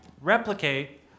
replicate